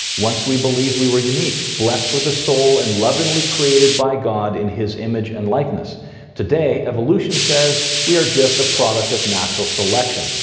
once we believed we were unique, blessed with a soul and lovingly created by god in his image and likeness today evolution says we are just a product of natural selection,